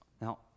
Now